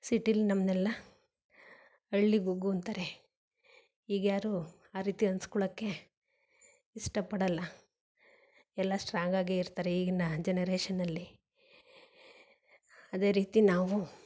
ಸಿಟಿಲಿ ನಮ್ಮನ್ನೆಲ್ಲ ಹಳ್ಳಿ ಗುಗ್ಗು ಅಂತಾರೆ ಈಗ ಯಾರೂ ಆ ರೀತಿ ಅನ್ನಿಸ್ಕೊಳ್ಳೋಕೆ ಇಷ್ಟಪಡಲ್ಲ ಎಲ್ಲ ಸ್ಟ್ರಾಂಗಾಗೆ ಇರ್ತಾರೆ ಈಗಿನ ಜನರೇಶನಲ್ಲಿ ಅದೇ ರೀತಿ ನಾವೂ